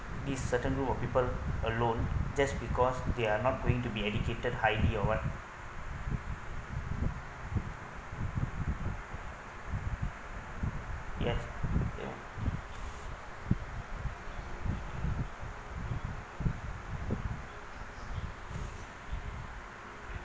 certain group of people alone just because they are not going to be educated highly or what yes yea